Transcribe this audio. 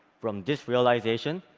from this realization,